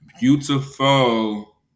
beautiful